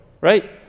right